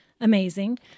amazing